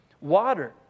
water